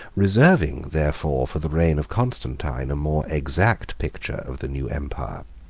reserving, therefore, for the reign of constantine a more exact picture of the new empire,